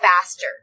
faster